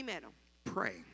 Pray